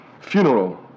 funeral